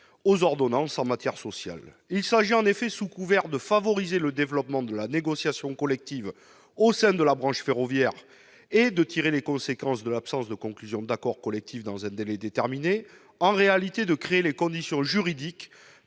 aux ordonnances en matière sociale. Il s'agit en effet, sous couvert de favoriser le développement de la négociation collective au sein de la branche ferroviaire et de tirer les conséquences de l'absence de conclusion d'accords collectifs dans un délai déterminé, de créer les conditions juridiques